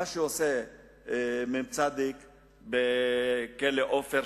מה שעשה בעבר מ"צ בכלא "עופר"